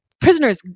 Prisoners